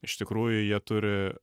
iš tikrųjų jie turi